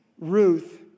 Ruth